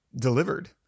delivered